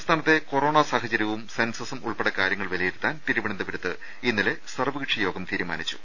സംസ്ഥാനത്തെ കൊറോണ് സാഹ് ചര്യവും സെൻസസും ഉൾപ്പെടെ കാര്യങ്ങൾ വിലയിരുത്താൻ തിരുവനന്തപുരത്ത് ഇന്നലെ സർവ്വകക്ഷി യോഗം ചേർന്നു